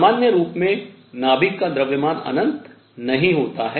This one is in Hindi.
सामान्य रूप में नाभिक का द्रव्यमान अनंत नहीं होता है